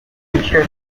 ensure